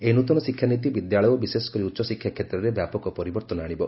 ଏହି ନୃତନ ଶିକ୍ଷାନୀତି ବିଦ୍ୟାଳୟ ଓ ବିଶେଷକରି ଉଚ୍ଚଶିକ୍ଷା କ୍ଷେତ୍ରରେ ବ୍ୟାପକ ପରିବର୍ଭନ ଆଣିବ